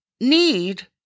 need